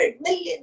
million